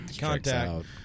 contact